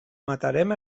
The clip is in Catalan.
matarem